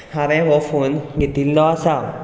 हांवें हो फोन घेतिल्लो आसा